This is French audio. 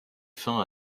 fin